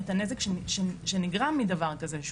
את הנזק שנגרם מדבר כזה,